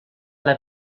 alla